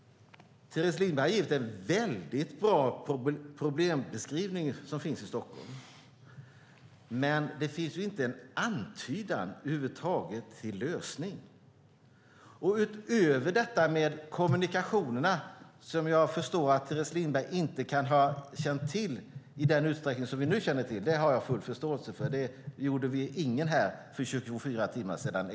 Teres Lindberg har givit en väldigt bra problembeskrivning av det som finns i Stockholm. Men det finns inte en antydan till lösning över huvud taget. Detta med kommunikationerna förstår jag att Teres Lindberg inte kan ha känt till i den utsträckning som vi nu känner till det. Det har jag full förståelse för - den exakta utformningen kände ingen här till för 24 timmar sedan.